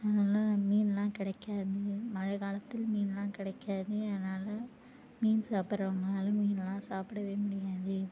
அதனால மீன்லாம் கிடைக்காது மழை காலத்தில் மீன்லாம் கிடைக்காது அதனால் மீன் சாப்பிடுறவங்கனால மீனலாம் சாப்பிடவே முடியாது